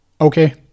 Okay